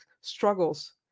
struggles